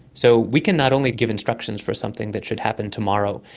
so we can not only give instructions for something that should happen tomorrow,